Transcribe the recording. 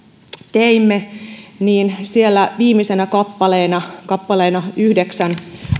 teimme niin siellä viimeisenä kappaleena kappaleena yhdeksän